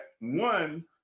one